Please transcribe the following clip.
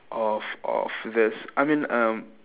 of of this I mean err